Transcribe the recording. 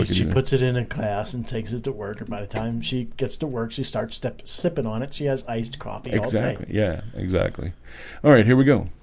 she puts it in a class and takes it to work at by the time she gets to work she starts step sipping on it. she has iced coffee exactly yeah exactly all right here we go